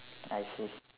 I see